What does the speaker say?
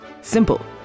Simple